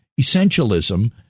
essentialism